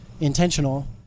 intentional